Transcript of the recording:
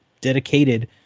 dedicated